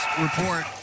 report